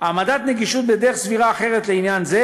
"העמדת נגישות בדרך סבירה אחרת לעניין זה,